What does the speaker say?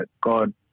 God